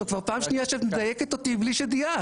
זאת כבר פעם שנייה שאת מדייקת אותי בלי שדייקת,